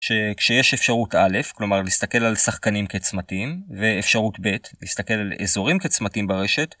שכשיש אפשרות א', כלומר להסתכל על שחקנים כצמתים, ואפשרות ב', להסתכל על אזורים כצמתים ברשת,